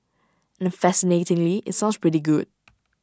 and the fascinatingly IT sounds pretty good